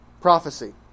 prophecy